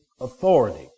authority